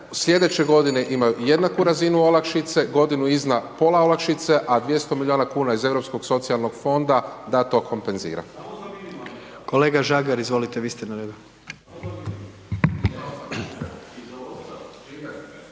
sljedeće g. imaju jednaku razinu olakšice, godinu iza pola olakšice, a 200 milijuna iz europskog socijalnog fonda da to kompenzira.